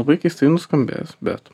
labai keistai nuskambės bet